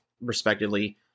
respectively